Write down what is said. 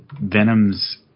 Venom's